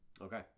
Okay